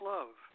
Love